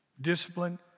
discipline